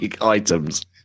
items